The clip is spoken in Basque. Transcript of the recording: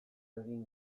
egin